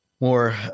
more